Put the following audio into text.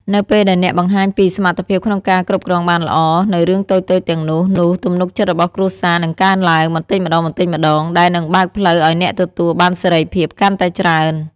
នៅពេលដែលអ្នកបង្ហាញពី សមត្ថភាពក្នុងការគ្រប់គ្រងបានល្អ នូវរឿងតូចៗទាំងនោះ នោះ ទំនុកចិត្តរបស់គ្រួសារនឹងកើនឡើង បន្តិចម្តងៗ ដែលនឹងបើកផ្លូវឲ្យអ្នកទទួលបានសេរីភាពកាន់តែច្រើន។